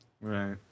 Right